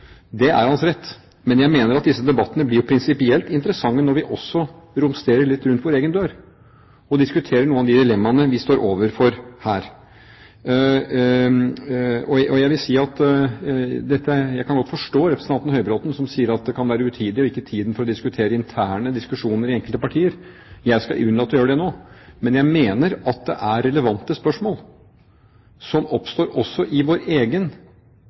Det er hans rett. Men jeg mener at disse debattene blir prinsipielt interessante når vi også romsterer litt rundt vår egen dør og diskuterer noen av de dilemmaene vi står overfor her. Jeg kan godt forstå representanten Høybråten, som sier at det kan være utidig, og ikke tiden for, å diskutere interne diskusjoner i enkelte partier – jeg skal unnlate å gjøre det nå. Men jeg mener at det er relevante spørsmål som oppstår også i vår egen